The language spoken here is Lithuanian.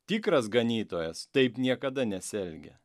tikras ganytojas taip niekada nesielgia